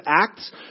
Acts